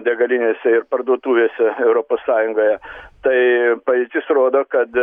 degalinėse ir parduotuvėse europos sąjungoje tai pavyzdys rodo kad